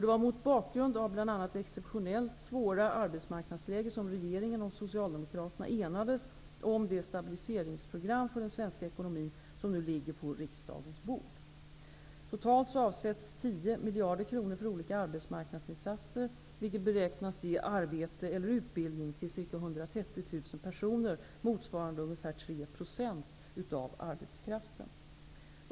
Det var mot bakgrund av bl.a. det exceptionellt svåra arbetsmarknadsläget som regeringen och Socialdemokraterna enades om det stabiliseringsprogram för den svenska ekonomin, som nu ligger på riksdagens bord. Totalt avsätts 10 miljarder kronor för olika arbetsmarknadsinsatser vilket beräknas ge arbete eller utbildning till ca 130 000 personer motsvarande ungefär 3 % av arbetskraften.